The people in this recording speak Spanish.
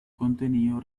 contenido